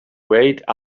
wait